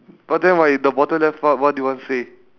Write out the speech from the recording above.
but then right the bottom left what what do you want say